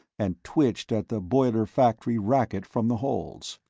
and twitched at the boiler-factory racket from the holds.